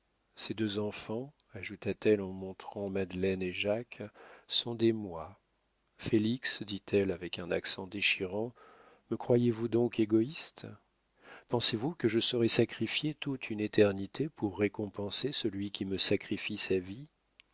ces deux enfants ajouta-t-elle en montrant madeleine et jacques sont des moi félix dit-elle avec un accent déchirant me croyez-vous donc égoïste pensez-vous que je saurais sacrifier toute une éternité pour récompenser celui qui me sacrifie sa vie